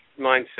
mindset